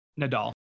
Nadal